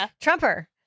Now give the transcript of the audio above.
Trumper